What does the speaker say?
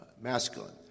masculine